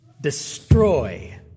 destroy